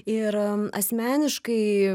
ir asmeniškai